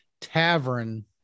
Tavern